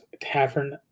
Tavern